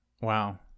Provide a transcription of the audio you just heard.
Wow